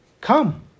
Come